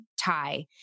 tie